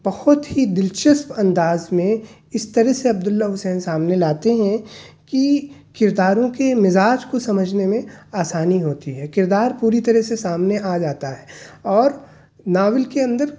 بہت ہی دلچسپ انداز میں اس طرح سے عبداللّہ حسین سامنے لاتے ہیں کہ کرداروں کے مزاج کو سمجھنے میں آسانی ہوتی ہے کردار پوری طرح سے سامنے آ جاتا ہے اور ناول کے اندر